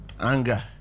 anger